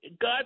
God